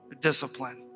discipline